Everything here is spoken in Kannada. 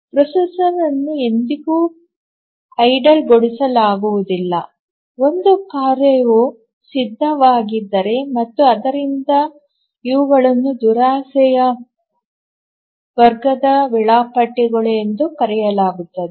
ಪ್ರೊಸೆಸರ್ಅನ್ನು ಎಂದಿಗೂ ನಿಷ್ಕ್ರಿಯಗೊಳಿಸಲಾಗುವುದಿಲ್ಲ ಒಂದು ಕಾರ್ಯವು ಸಿದ್ಧವಾಗಿದ್ದರೆ ಮತ್ತು ಆದ್ದರಿಂದ ಇವುಗಳನ್ನು ದುರಾಸೆಯ ವರ್ಗದ ವೇಳಾಪಟ್ಟಿ ಎಂದು ಕರೆಯಲಾಗುತ್ತದೆ